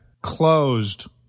closed